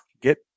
get